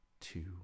two